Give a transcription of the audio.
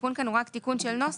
והתיקון כאן הוא רק תיקון של נוסח,